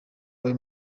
uyu